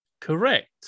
correct